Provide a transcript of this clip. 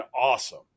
awesome